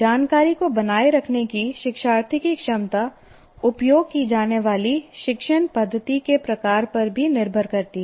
जानकारी को बनाए रखने की शिक्षार्थी की क्षमता उपयोग की जाने वाली शिक्षण पद्धति के प्रकार पर भी निर्भर करती है